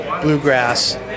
bluegrass